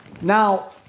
Now